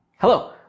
Hello